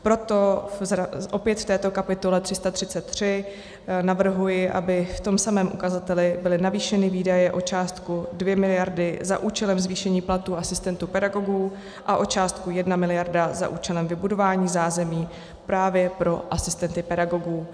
Proto opět v této kapitole 333 navrhuji, aby v tom samém ukazateli byly navýšeny výdaje o částku 2 mld. za účelem zvýšení platů asistentů pedagogů a o částku 1 mld. za účelem vybudování zázemí právě pro asistenty pedagogů.